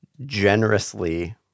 generously